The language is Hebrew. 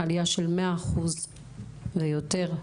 עליה של 100% ויותר.